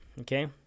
Okay